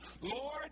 Lord